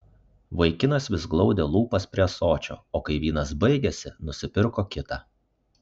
vaikinas vis glaudė lūpas prie ąsočio o kai vynas baigėsi nusipirko kitą